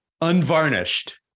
unvarnished